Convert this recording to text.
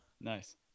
nice